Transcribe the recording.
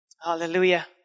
Hallelujah